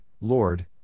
Lord